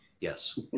Yes